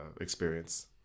experience